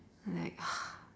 like